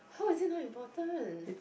how is it not important